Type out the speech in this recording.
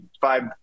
five